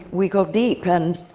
we go deep. and